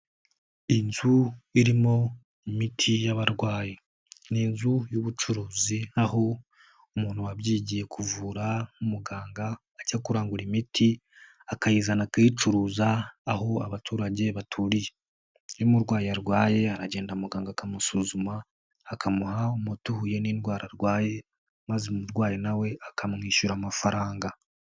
Inzu irimo imiti y'abarwayi. Ni inzu y'ubucuruzi aho umuntu wabyigiye kuvura nk'umuganga, ajya kurangura imiti akayizana akayicuruza ,aho abaturage baturiye. Iyo umurwayi arwaye aragenda muganga akamusuzuma, akamuha umuti uhuye n'indwara arwaye ,maze umurwayi nawe akamwishyura amafaranga.